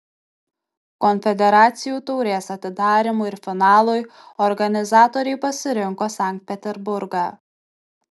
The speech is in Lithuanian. konfederacijų taurės atidarymui ir finalui organizatoriai pasirinko sankt peterburgą